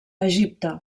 egipte